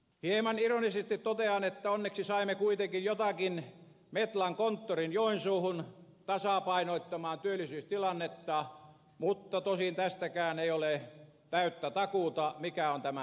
hieman ironisesti totean että onneksi saimme kuitenkin jotakin metlan konttorin joensuuhun tasapainottamaan työllisyystilannetta mutta tosin tästäkään ei ole täyttä takuuta mikä on tämän tilanne